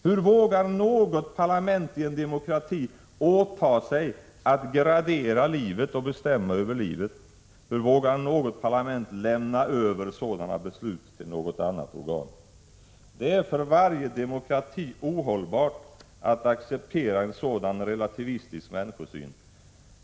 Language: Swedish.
Hur vågar något parlament i en demokrati åta sig att gradera livet och bestämma över livet? Hur vågar något parlament lämna över sådana beslut till något annat organ? Det är för varje demokrati ohållbart att acceptera en sådan relativistisk människosyn.